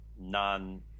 non